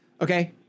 Okay